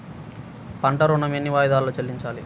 పంట ఋణం ఎన్ని వాయిదాలలో చెల్లించాలి?